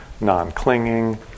non-clinging